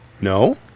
No